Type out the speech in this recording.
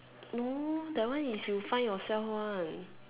no that one is you find yourself one